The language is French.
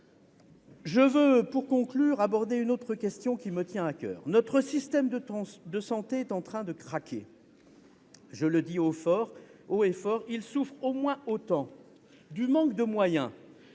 sociales. Pour conclure, j'aborderai une question qui me tient à coeur. Notre système de santé est en train de craquer- je le dis haut et fort. Il souffre au moins autant du manque de moyens